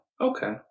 Okay